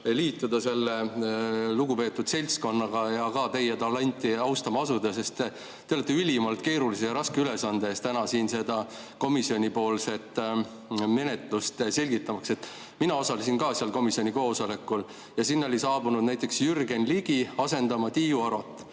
liituda selle lugupeetud seltskonnaga ja ka teie talenti austama asuda, sest te olete ülimalt keerulise ja raske ülesande ees, kui täna siin seda komisjonipoolset menetlust selgitate. Mina osalesin ka seal komisjoni koosolekul ja sinna oli saabunud näiteks Jürgen Ligi asendama Tiiu Arot.